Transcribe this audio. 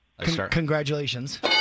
congratulations